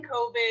COVID